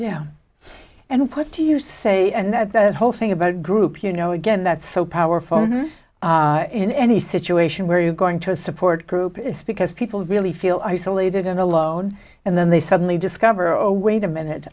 yeah and put to you say and that whole thing about group you know again that's so power phone or in any situation where you going to a support group is because people really feel isolated and alone and then they suddenly discover oh wait a minute